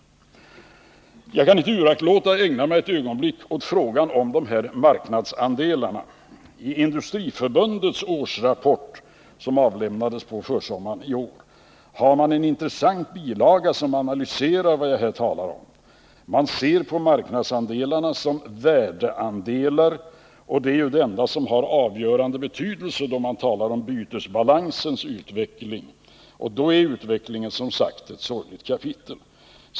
Jag kan inte uraktlåta att ägna mig ett ögonblick åt frågan om marknadsandelarna. I Industriförbundets årsrapport, som avlämnades på försommaren iår, finns en intressant bilaga som analyserar vad jag här talar om. Man ser på marknadsandelarna som värdeandelar, och det är ju det enda som har avgörande betydelse när man talar om bytesbalansens utveckling. Då är utvecklingen som sagt ett sorgligt kapitel.